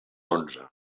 onze